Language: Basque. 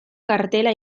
kartela